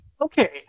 Okay